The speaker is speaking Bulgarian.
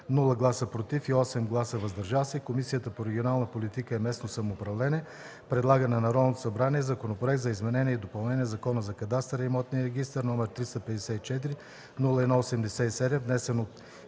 без „против” и 8 „въздържали се” Комисията по регионална политика и местно самоуправление предлага на Народното събрание Законопроект за изменение и допълнение на Закона за кадастъра и имотния регистър, № 354-01-87, внесен от